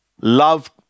love